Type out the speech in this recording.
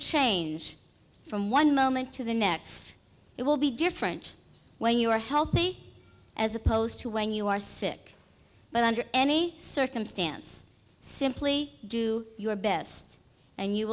change from one moment to the next it will be different when you are healthy as opposed to when you are sick but under any circumstance simply do your best and you